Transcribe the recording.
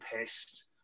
pissed